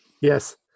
Yes